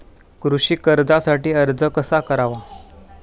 कृषी कर्जासाठी अर्ज कसा करावा?